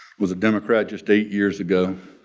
was a democrat just eight years ago.